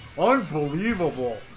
unbelievable